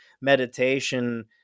meditation